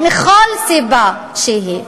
מכל סיבה שהיא.